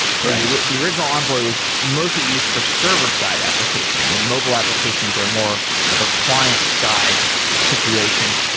correct the original envoy was mostly used for server-side application, and mobile applications are more of a client-side situation.